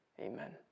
amen